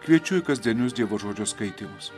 kviečiu į kasdienius dievo žodžio skaitymus